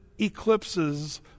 eclipses